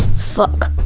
fuck.